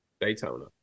Daytona